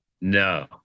no